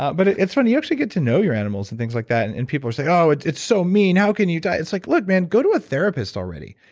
but it's funny, you actually get to know your animals and things like that and and people are saying, oh, it's it's so mean. how can you die? it's like, look, man, go to a therapist already.